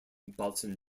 baltzan